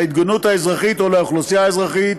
להתגוננות האזרחית או לאוכלוסייה האזרחית,